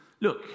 Look